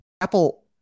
Apple